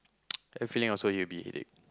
I have a feeling also he'll be a headache